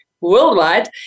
worldwide